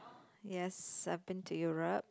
yes I've been to Europe